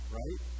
right